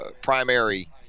primary